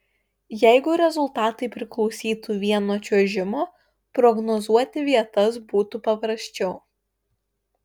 jeigu rezultatai priklausytų vien nuo čiuožimo prognozuoti vietas būtų paprasčiau